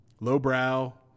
lowbrow